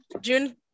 June